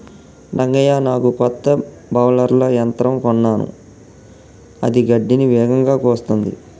రంగయ్య నాకు కొత్త బౌలర్ల యంత్రం కొన్నాను అది గడ్డిని వేగంగా కోస్తుంది